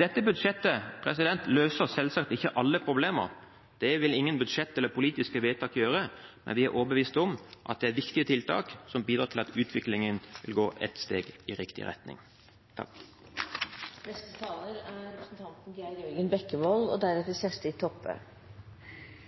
Dette budsjettet løser selvsagt ikke alle problemer – det vil ingen budsjetter eller politiske vedtak gjøre – men vi er overbevist om at det er viktige tiltak som bidrar til at utviklingen går et steg i riktig retning. Kristelig Folkeparti fremmet altså et alternativt forslag til statsbudsjett i finansinnstillingen. Forslaget fikk ikke flertall i stortingsbehandlingen, og